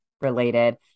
related